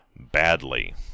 badly